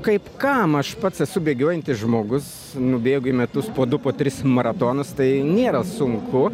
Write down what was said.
kaip kam aš pats esu bėgiojantis žmogus nubėgu į metus po du po tris maratonus tai nėra sunku